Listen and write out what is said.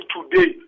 Today